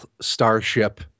starship